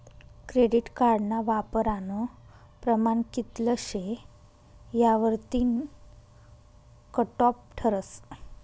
credit कार्डना वापरानं प्रमाण कित्ल शे यावरतीन कटॉप ठरस